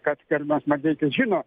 kad gerbiamas maldeikis žino